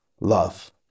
love